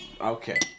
Okay